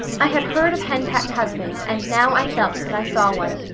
i had heard of henpecked husbands and now i felt that i saw one.